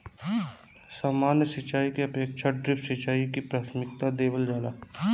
सामान्य सिंचाई के अपेक्षा ड्रिप सिंचाई के प्राथमिकता देवल जाला